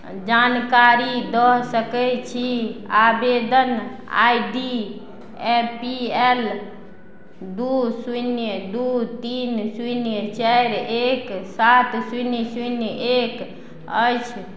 जानकारी दऽ सकय छी आवेदन I D A P L दू शून्य दू तीन शून्य चारि एक सात शून्य शून्य एक अछि